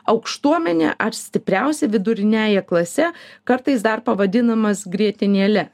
aukštuomene ar stipriausia viduriniąja klase kartais dar pavadinamas grietinėle